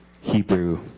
Hebrew